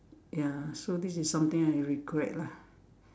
ya so this is something I regret lah